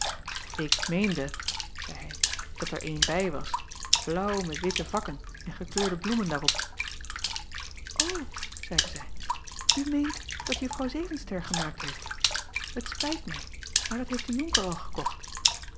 k meende zeî hij dat er een bij was blaauw met witte vakken en gekleurde bloemen daarop zeide zij u meent dat uffrouw evenster gemaakt heeft et spijt mij maar dat heeft de onker al gekocht